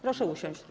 Proszę usiąść.